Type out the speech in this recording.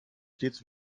stets